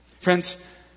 Friends